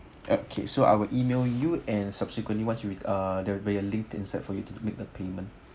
okay so I will email you and subsequently once you ah there'll be a link inside for you to make the payment